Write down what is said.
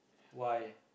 why